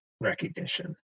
recognition